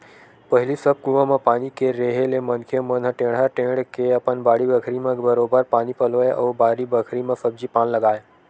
पहिली सब कुआं म पानी के रेहे ले मनखे मन ह टेंड़ा टेंड़ के अपन बाड़ी बखरी म बरोबर पानी पलोवय अउ बारी बखरी म सब्जी पान लगाय